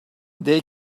they